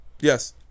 Yes